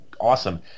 awesome